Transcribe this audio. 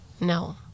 no